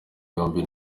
yombi